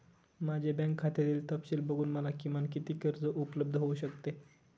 माझ्या बँक खात्यातील तपशील बघून मला किमान किती कर्ज उपलब्ध होऊ शकते?